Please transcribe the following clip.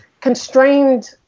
constrained